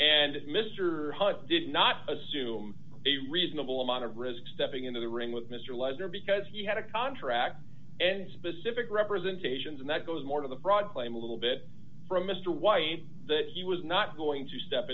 that mr hunt's did not assume a reasonable amount of risk stepping into the ring with mr lester because he had a contract and specific representations and that goes more to the broad claim a little bit from mr white that he was not going to step